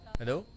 hello